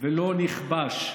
ולא נכבש.